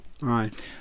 Right